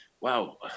wow